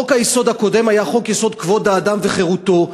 חוק-היסוד הקודם היה חוק-יסוד: כבוד האדם וחירותו,